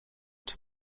czy